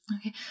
Okay